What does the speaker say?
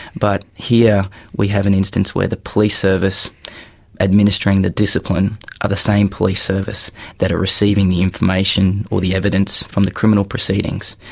but here we have an instance where the police service administering the discipline are the same police service that are receiving the information or the evidence from the criminal proceedings.